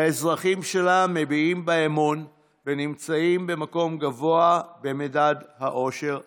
האזרחים שלה מביעים בה אמון ונמצאים במקום גבוה במדד האושר העולמי,